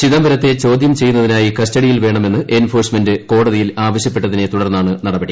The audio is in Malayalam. ചിദംബരത്തെ ചോദൃം ചെയ്യുന്നതിനായി കസ്റ്റഡിയിൽ വേണമെന്ന് എൻഫോഴ്സ്മെന്റ് കോടതിയിൽ ആവശ്യപ്പെട്ടതിനെ തുടർന്നാണ് നടപടി